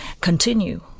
continue